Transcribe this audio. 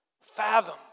fathom